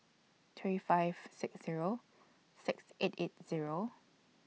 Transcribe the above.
three five six Zero six eight eight Zero